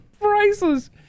priceless